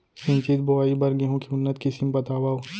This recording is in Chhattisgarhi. सिंचित बोआई बर गेहूँ के उन्नत किसिम बतावव?